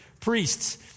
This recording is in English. priests